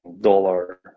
dollar